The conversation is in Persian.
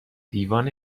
دیوان